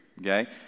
okay